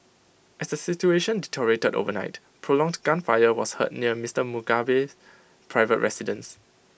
as the situation deteriorated overnight prolonged gunfire was heard near Mister Mugabe's private residence